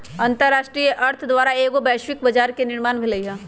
अंतरराष्ट्रीय अर्थ द्वारा एगो वैश्विक बजार के निर्माण भेलइ ह